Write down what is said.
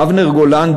אבנר גולן,